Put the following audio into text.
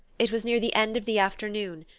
it was near the end of the afternoon,